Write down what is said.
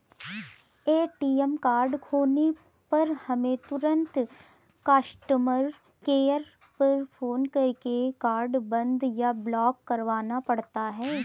ATM card खोने पर हमें तुरंत कस्टमर केयर पर फ़ोन करके कार्ड बंद या ब्लॉक करवाना पड़ता है